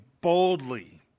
boldly